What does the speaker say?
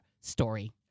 Story